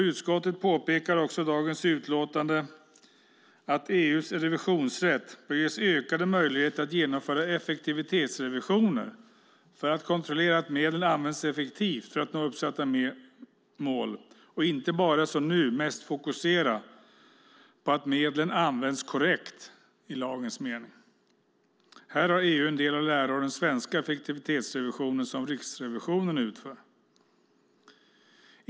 Utskottet påpekar också i dagens utlåtande att EU:s revisionsrätt bör ges ökade möjligheter att genomföra effektivitetsrevisioner för att kontrollera att medlen används effektivt för att nå uppsatta mål och inte bara, som nu, mest fokusera på att medlen används korrekt i lagens mening. Här har EU en del att lära av den svenska effektivitetsrevisionen som Riksrevisionen utför.